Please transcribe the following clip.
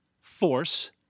force